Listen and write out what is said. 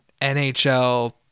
NHL